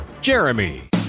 Jeremy